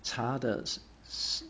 茶的